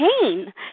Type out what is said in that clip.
pain